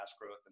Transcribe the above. growth